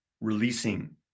releasing